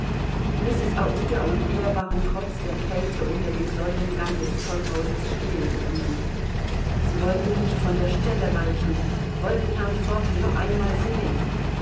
und er waren trotz der kälte unter dem säulengang des zollhauses stehen geblieben sie wollten nicht von der stelle weichen wollten herrn fogg noch einmal sehen